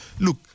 look